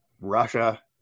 Russia